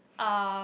um